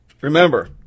Remember